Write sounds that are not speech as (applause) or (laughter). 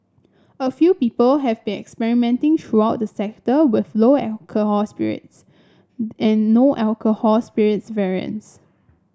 a few people have (unintelligible) throughout the sector with lower alcohol spirits and no alcohol spirits variants